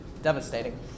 devastating